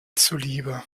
zuliebe